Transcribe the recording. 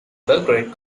belgrade